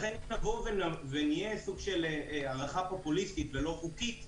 לכן אם נהיה סוג של הערכה פופוליסטית ולא חוקית,